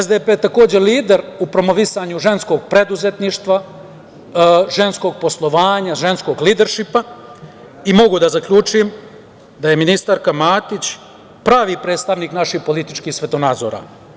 Socijaldemokratska partija je lider u promovisanju ženskog preduzetništva, ženskog poslovanja, ženskog lideršipa i mogu da zaključim da je ministarka Matić pravi predstavnik naših političkih svetonadzora.